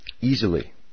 easily